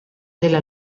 della